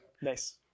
Nice